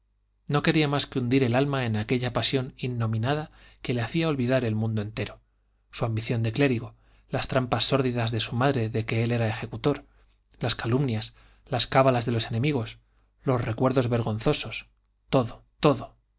no quería más que hundir el alma en aquella pasión innominada que le hacía olvidar el mundo entero su ambición de clérigo las trampas sórdidas de su madre de que él era ejecutor las calumnias las cábalas de los enemigos los recuerdos vergonzosos todo todo